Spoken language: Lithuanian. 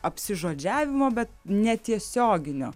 apsižodžiavimo bet netiesioginio